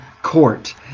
court